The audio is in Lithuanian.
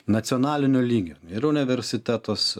nacionalinio lygio ir universitetus